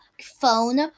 phone